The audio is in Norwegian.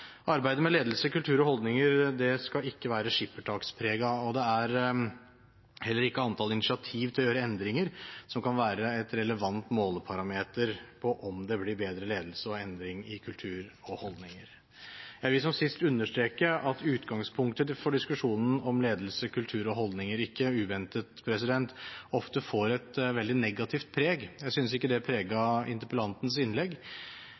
Arbeidet med ledelse, kultur og holdninger skal ikke være skippertakspreget. Det er heller ikke antallet initiativ til å gjøre endringer som kan være en relevant måleparameter på om det blir bedre ledelse og endring i kultur og holdninger. Jeg vil, som jeg også gjorde sist, understreke at utgangspunktet for diskusjonen om ledelse, kultur og holdninger ikke uventet ofte får et veldig negativt preg. Jeg synes ikke det preget interpellantens innlegg.